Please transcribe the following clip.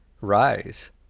rise